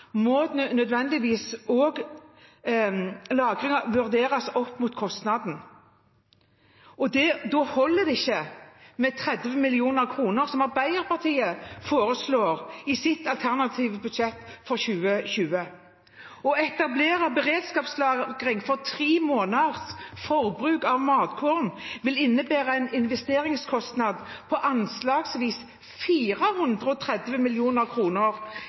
må nødvendigvis også lagringen vurderes opp mot kostnaden. Da holder det ikke med 30 mill. kr, som Arbeiderpartiet foreslår i sitt alternative budsjett for 2020. Å etablere beredskapslagring for tre måneders forbruk av matkorn vil innebære en investeringskostnad på anslagsvis 430